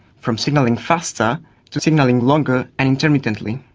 from signalling faster to signalling longer and intermittently.